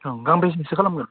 नों बेसेसो खालामगोन